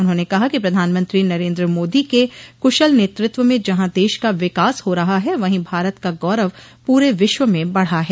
उन्होंने कहा कि प्रधानमंत्री नरेन्द्र मोदी के कुशल नेतृत्व में जहां देश का विकास हो रहा है वहीं भारत का गौरव पूरे विश्व में बढ़ा है